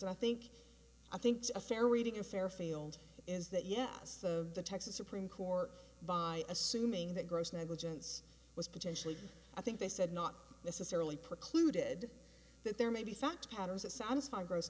i think i think a fair reading of fair failed is that yes the texas supreme court by assuming that gross negligence was potentially i think they said not necessarily precluded that there may be fact patterns that satisfy gross